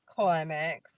Climax